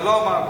זה לא אמרת.